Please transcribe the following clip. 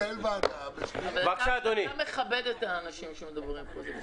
אבל אתה מכבד את האנשים שמדברים פה.